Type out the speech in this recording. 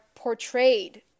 portrayed